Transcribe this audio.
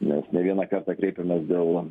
nes ne vieną kartą kreipėmės dėl